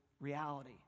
reality